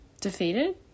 defeated